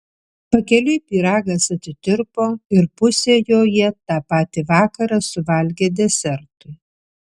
pakeliui pyragas atitirpo ir pusę jo jie tą patį vakarą suvalgė desertui